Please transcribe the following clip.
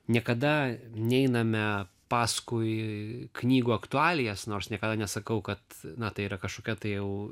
niekada neiname paskui knygų aktualijas nors niekada nesakau kad na tai yra kažkokia tai jau